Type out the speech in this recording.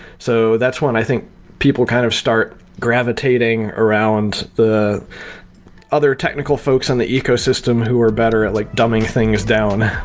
so that's one, i think people kind of start gravitating around the other technical folks on the ecosystem who are better at like dumbing things down